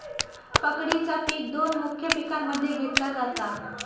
पकडीचा पिक दोन मुख्य पिकांमध्ये घेतला जाता